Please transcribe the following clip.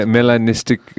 Melanistic